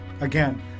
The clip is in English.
Again